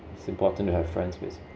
it's important to have friends with